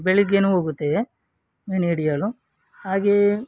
ಬೆಳಗ್ಗೆಯೂ ಹೋಗುತ್ತೇವೆ ಮೀನು ಹಿಡಿಯಲು ಹಾಗೆಯೇ